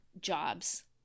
jobs